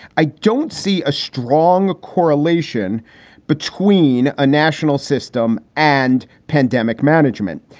i don't see a strong correlation between a national system and pandemic management.